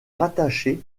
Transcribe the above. rattachées